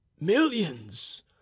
millions